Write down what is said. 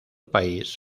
país